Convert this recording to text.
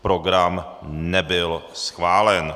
Program nebyl schválen.